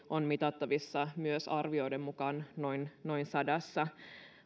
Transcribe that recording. on mitattavissa myös arvioiden mukaan noin noin sadassa